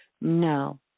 no